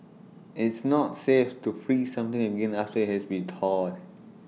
it's not safe to freeze something again after IT has been thawed